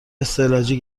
استعلاجی